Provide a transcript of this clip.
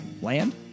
Land